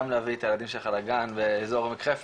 גם להביא את הילדים שלך לגן באזור עמק חפר